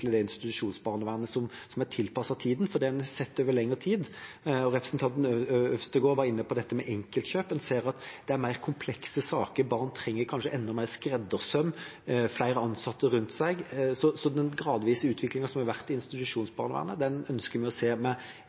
som er tilpasset tiden. Det en har sett over lengre tid – og representanten Øvstegård var inne på dette med enkeltkjøp – er at det er mer komplekse saker, barn som kanskje trenger enda mer skreddersøm og flere ansatte rundt seg. Så den gradvise utviklingen som har vært i institusjonsbarnevernet, ønsker vi å se